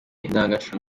indangagaciro